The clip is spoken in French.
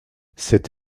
cette